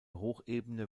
hochebene